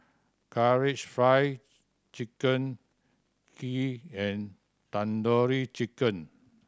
Karaage Fried Chicken Kheer and Tandoori Chicken